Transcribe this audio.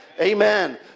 Amen